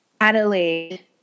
Adelaide